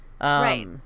right